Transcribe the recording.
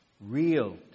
real